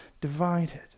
divided